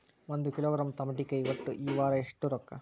ಒಂದ್ ಕಿಲೋಗ್ರಾಂ ತಮಾಟಿಕಾಯಿ ಒಟ್ಟ ಈ ವಾರ ಎಷ್ಟ ರೊಕ್ಕಾ?